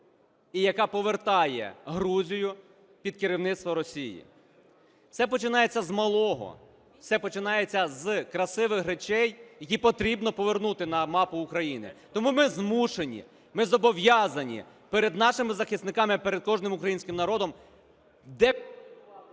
і яка повертає Грузію під керівництво Росії. Все починається з малого, все починається з красивих речей, які потрібно повернути на мапу України. Тому ми змушені, ми зобов'язані перед нашими захисниками, перед кожним українським народом…